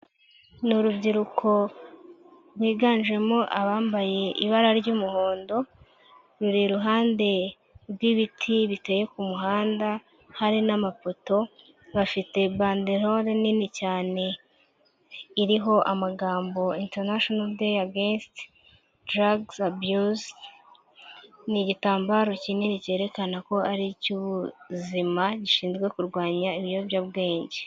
Ni urubyiruko rwiganjemo abambaye ibara ry'umuhondo, ruri iruhande rw'ibiti biteye ku muhanda hari n'amapoto bafite bandelole nini cyane iriho amagambo international day against drugs abuse, ni igitambaro kinini cyerekana ko ari icy'ubuzima gishinzwe kurwanya ibiyobyabwenge.